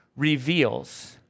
reveals